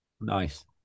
Nice